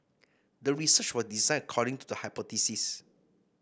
the research was designed according to the hypothesis